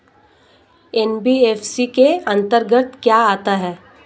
NBFC के अंतर्गत क्या आता है?